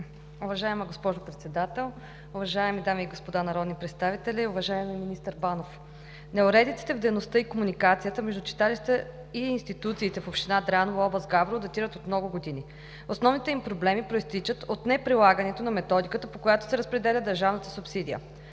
Уважаема госпожо Председател, уважаеми дами и господа народни представители! Уважаеми министър Банов, неуредиците в дейността и комуникацията между читалищата и институциите в община Дряново, област Габрово, датират от много години. Основните им проблеми произтичат от неприлагането на методиката, по която се разпределя държавната субсидия.